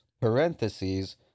parentheses